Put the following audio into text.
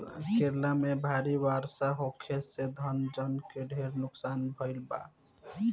केरल में भारी बरखा होखे से धन जन के ढेर नुकसान भईल बा